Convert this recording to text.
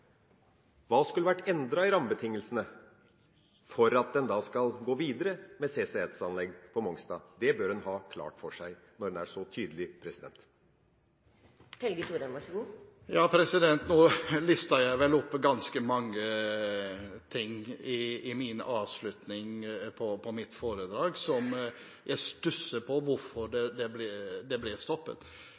Hva skulle vært endret i rammebetingelsene for at en skal gå videre med CCS-anlegg på Mongstad? Det bør en ha klart for seg når en er så tydelig. Nå listet jeg vel opp ganske mange ting i avslutningen på mitt innlegg – som at jeg stusser på hvorfor det ble stoppet.